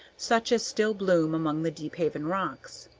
such as still bloom among the deephaven rocks.